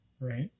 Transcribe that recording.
right